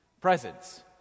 presence